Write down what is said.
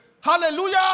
Hallelujah